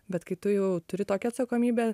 bet kai tu jau turi tokią atsakomybę